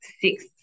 six